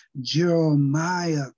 Jeremiah